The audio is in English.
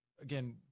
again